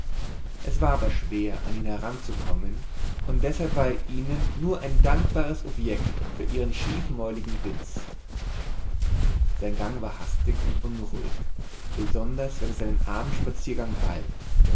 es war aber schwer an ihn heranzukommen und deshalb war er ihnen nur ein dankbares objekt für ihren schiefmäuligen witz sein gang war hastig und unruhig besonders wenn es seinen abendspaziergang galt